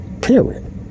period